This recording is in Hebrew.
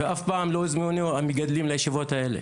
אף פעם לא הזמינו את המגדלים לישיבות האלה.